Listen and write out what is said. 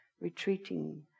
retreating